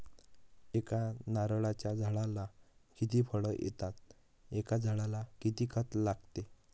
एका नारळाच्या झाडाला किती फळ येतात? एका झाडाला किती खत लागते?